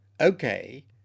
okay